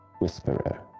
whisperer